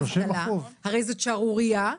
הרי זאת שערורייה.